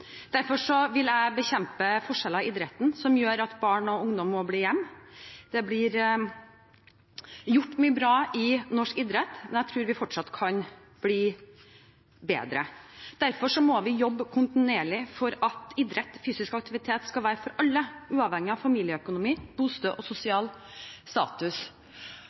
vil jeg bekjempe forskjeller i idretten som gjør at barn og ungdom må bli hjemme. Det blir gjort mye bra i norsk idrett, men jeg tror vi fortsatt kan bli bedre. Vi må jobbe kontinuerlig for at idrett og fysisk aktivitet skal være for alle, uavhengig av familieøkonomi, bosted og sosial status.